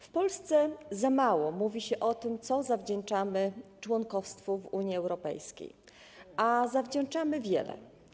W Polsce za mało mówi się o tym, co zawdzięczamy członkostwu w Unii Europejskiej, a zawdzięczamy wiele.